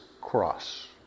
cross